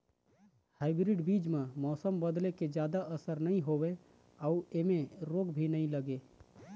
hybrid बीज म मौसम बदले के जादा असर नई होवे अऊ ऐमें रोग भी नई लगे